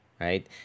right